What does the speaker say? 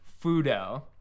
Fudo